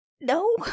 No